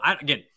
again